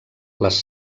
les